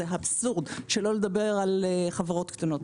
זה אבסורד, שלא נדבר על חברות קטנות.